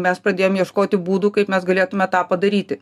mes pradėjom ieškoti būdų kaip mes galėtume tą padaryti